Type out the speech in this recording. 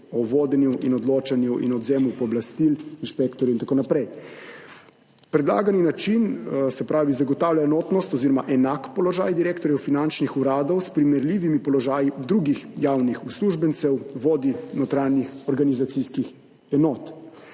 o vodenju, odločanju in odvzemu pooblastil inšpektorjem in tako naprej. Predlagani način zagotavlja enotnost oziroma enak položaj direktorjev finančnih uradov s primerljivimi položaji drugih javnih uslužbencev, vodij notranjih organizacijskih enot.